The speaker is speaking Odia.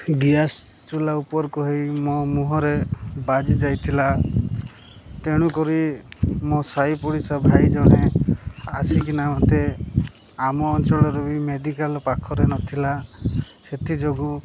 ଗ୍ୟାସ୍ ଚୁଲା ଉପରକୁ ହେଇ ମୋ ମୁହଁରେ ବାଜି ଯାଇଥିଲା ତେଣୁକରି ମୋ ସାାଇ ପଡ଼ିଶା ଭାଇ ଜଣେ ଆସିକିନା ମୋତେ ଆମ ଅଞ୍ଚଳରେ ବି ମେଡ଼ିକାଲ ପାଖରେ ନଥିଲା ସେଥିଯୋଗୁଁ